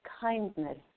kindness